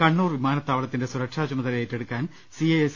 കണ്ണൂർ വിമാനത്താവളത്തിന്റെ സുരക്ഷാചുമതല ഏറ്റെടുക്കാൻ സി ഐ എസ്